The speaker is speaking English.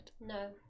No